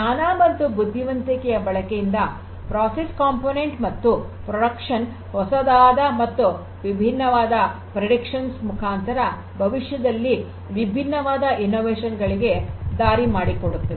ಜ್ಞಾನ ಮತ್ತು ಬುದ್ಧಿವಂತಿಕೆಯ ಬಳಕೆಯಿಂದ ಪ್ರಕ್ರಿಯೆಯ ಘಟಕ ಮತ್ತು ಉತ್ಪಾದನೆ ಹೊಸದಾದ ಮತ್ತು ವಿಭಿನ್ನವಾದ ಭವಿಷ್ಯವಾಣಿಗಳು ಮುಖಾಂತರ ಭವಿಷ್ಯದಲ್ಲಿ ವಿಭಿನ್ನವಾದ ಆವಿಷ್ಕಾರಗಳಿಗೆ ದಾರಿ ಮಾಡಿಕೊಡುತ್ತವೆ